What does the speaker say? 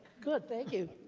good. thank you.